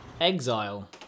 Exile